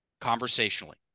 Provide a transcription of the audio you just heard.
conversationally